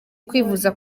kwivuza